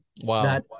wow